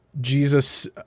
Jesus